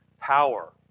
power